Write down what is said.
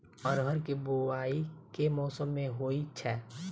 अरहर केँ बोवायी केँ मौसम मे होइ छैय?